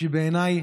שבעיניי